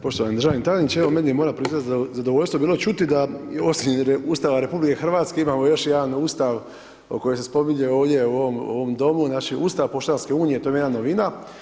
Poštovani državni tajniče, evo meni je moram priznati zadovoljstvo bilo čuti da osim Ustava RH imamo još jedan Ustav koji se spominje ovdje u ovom domu, i naš je Ustav Poštanske unije, to mi je jedna novina.